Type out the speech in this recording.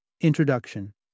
Introduction